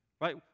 right